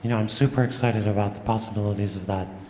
you know i'm super excited about the possibilities of that